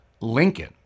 Lincoln